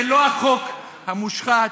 זה לא החוק המושחת,